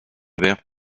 vert